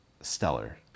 stellar